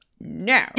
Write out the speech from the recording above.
no